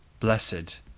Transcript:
blessed